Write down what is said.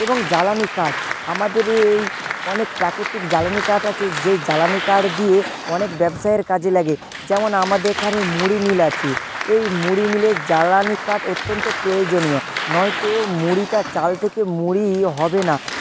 এবং জ্বালানি কাঠ আমাদের এই অনেক প্রাকৃতিক জ্বালানি কাঠ আছে যেই জ্বালানি কাঠ দিয়ে অনেক ব্যবসায়ের কাজে লাগে যেমন আমাদের এখানে মুড়ি মিল আছে এই মুড়ি মিলে জ্বালানি কাট অত্যন্ত প্রয়োজনীয় নয়তো মুড়িটা চাল থেকে মুড়ি হবে না